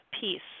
peace